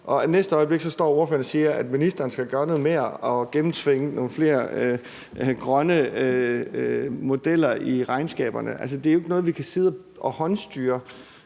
det næste øjeblik står spørgeren og siger, at ministeren skal gøre noget mere og gennemtvinge nogle flere grønne modeller i regnskaberne. Altså, det er jo ikke noget, vi kan sidde og håndstyre